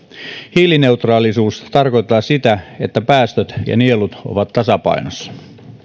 hiilineutraalius tarkoittaa sitä että päästöt ja nielut ovat tasapainossa